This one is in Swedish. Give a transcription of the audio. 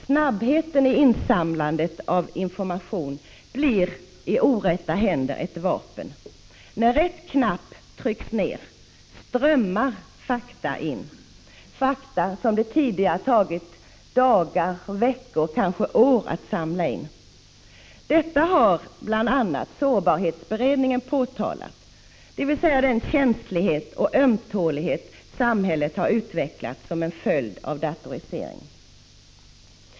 Snabbheten i insamlandet av information blir i orätta händer ett vapen. När rätt knapp trycks ned strömmar fakta in — fakta som det tidigare tagit dagar, veckor, kanske år att samla in. Detta har bl.a. sårbarhetsberedningen påtalat — dvs. den känslighet och ömtålighet samhället har utvecklat som en följd av datoriseringen.